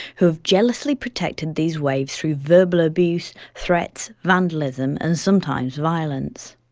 who have jealously protected these waves through verbal abuse, threats, vandalism and sometimes violence.